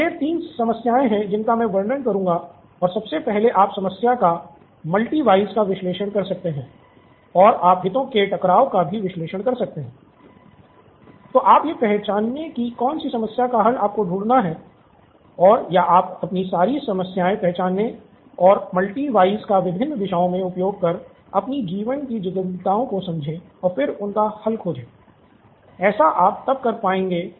तो ये 3 समस्याएं हैं जिनका मैं वर्णन करूंगा और सबसे पहले आप समस्या का मल्टी व्हयस को समझने मे महारत हासिल हो जाएगी